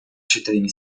cittadini